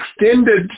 extended